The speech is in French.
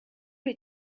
les